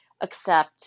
accept